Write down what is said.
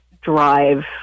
drive